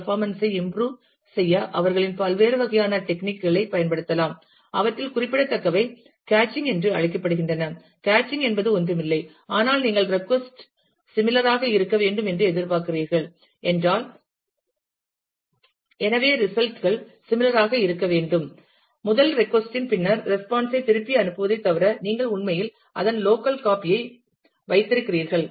performance ஐ improve செய்ய அவர்களின் பல்வேறு வகையான டெக்னிக் களைப் பயன்படுத்தலாம் அவற்றில் குறிப்பிடத்தக்கவை கேச்சிங் என்று அழைக்கப்படுகின்றன கேச்சிங் என்பது ஒன்றுமில்லை ஆனால் நீங்கள் ரெட்கொஸ்ட் சிமிலர் ஆக இருக்க வேண்டும் என்று எதிர்பார்க்கிறீர்கள் என்றால் எனவே ரிசல்ட் கள் சிமிலர் ஆக இருக்க வேண்டும் முதல் ரெட்கொஸ்ட் இன் பின்னர் ரெஸ்பான்ஸ் ஐ திருப்பி அனுப்புவதைத் தவிர நீங்கள் உண்மையில் அதன் லோக்கல் காப்பி ஐ வைத்திருக்கிறீர்கள்